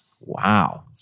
Wow